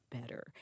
better